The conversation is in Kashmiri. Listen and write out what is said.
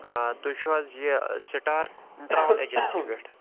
آ تۄہہِ چھُو حظ یہِ سِٹار اِنٹراول ایٚجنسی پٮ۪ٹھ